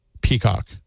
Peacock